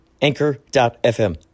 Anchor.fm